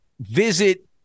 visit